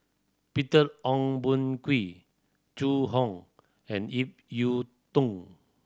Peter Ong Boon Kwee Zhu Hong and Ip Yiu Tung